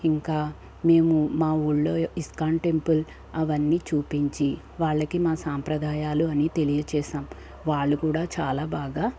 ఇంకా మేము మా ఊళ్ళో ఇస్కాన్ టెంపుల్ అవన్నీ చూపించి వాళ్లకి మా సాంప్రదాయాలు అన్నీ తెలియజేసాం వాళ్ళు కూడా చాలా బాగా